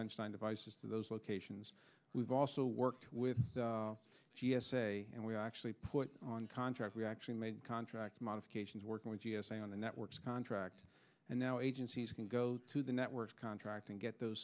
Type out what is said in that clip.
einstein devices to those locations we've also worked with the g s a and we actually put on contract we actually made contract modifications work with g s a on the networks contract and now agencies can go to the networks contract and get those